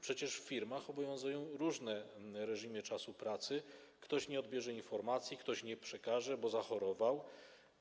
Przecież w firmach obowiązują różne reżimy czasu pracy, ktoś nie odbierze informacji, ktoś nie przekaże, bo zachorował.